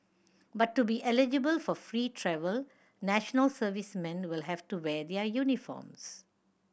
but to be eligible for free travel national servicemen will have to wear their uniforms